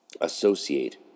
associate